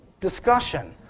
discussion